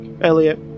Elliot